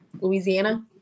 Louisiana